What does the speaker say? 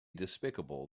despicable